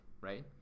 right